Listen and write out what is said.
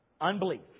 Unbelief